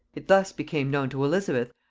it thus became known to elizabeth,